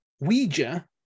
Ouija